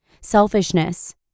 Selfishness